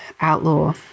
outlaw